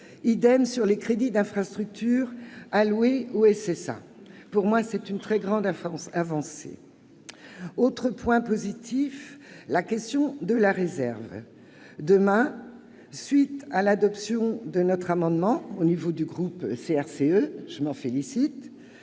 pour les crédits d'infrastructure alloués au SSA. Pour moi, c'est une très grande avancée. Autre point positif, la question de la réserve. Demain, à la suite de l'adoption d'un amendement du groupe CRCE, ce dont je me félicite,